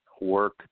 work